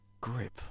Grip